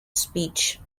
speech